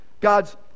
God's